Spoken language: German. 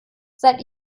seid